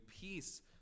peace